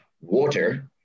water